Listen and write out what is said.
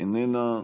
איננה,